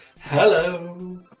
Hello